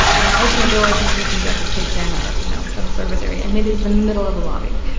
and i open the door thinking it's going to be like the kitchen or, you know, some service area, and it is the middle of the lobby.